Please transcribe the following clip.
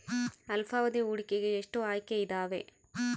ಅಲ್ಪಾವಧಿ ಹೂಡಿಕೆಗೆ ಎಷ್ಟು ಆಯ್ಕೆ ಇದಾವೇ?